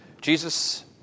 Jesus